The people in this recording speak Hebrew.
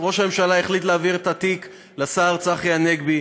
אז ראש הממשלה החליט להעביר את התיק לשר צחי הנגבי.